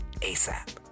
ASAP